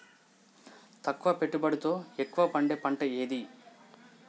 తక్కువ పెట్టుబడితో ఎక్కువగా పండే పంట ఏది?